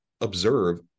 observe